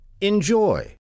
Enjoy